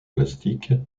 plastique